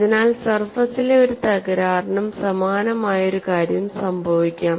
അതിനാൽ സർഫസിലെ ഒരു തകരാറിനും സമാനമായ ഒരു കാര്യം സംഭവിക്കാം